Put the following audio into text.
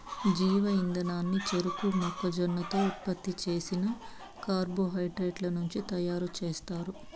జీవ ఇంధనాన్ని చెరకు, మొక్కజొన్నతో ఉత్పత్తి చేసిన కార్బోహైడ్రేట్ల నుంచి తయారుచేస్తారు